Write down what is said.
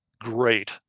great